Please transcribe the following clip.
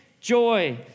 joy